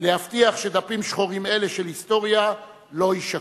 להבטיח שדפים שחורים אלה של היסטוריה לא יישכחו.